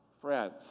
Friends